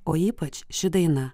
o ypač ši daina